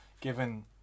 given